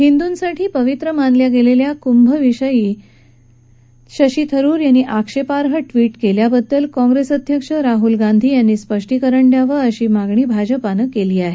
हिंदूंसाठी पवित्र मानल्या गेलेल्या कुंभ विषयक शशी थरुर यांनी आक्षेपार्ह ट्विट केल्याबद्दल काँग्रेस अध्यक्ष राहुल गांधी यांनी स्पष्टीकरण द्यावं अशी मागणी भाजपानं केली आहे